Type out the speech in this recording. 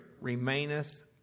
Remaineth